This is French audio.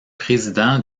président